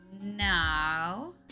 Now